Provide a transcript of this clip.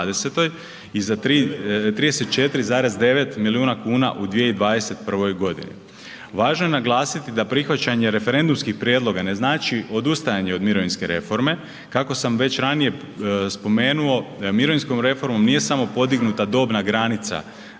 i za 34,9 milijuna kuna u 2021.g. Važno je naglasiti da prihvaćanje referendumskih prijedloga ne znači odustajanje od mirovinske reforme, kako sam već ranije spomenuo, mirovinskom reformom nije samo podignuta dobna granica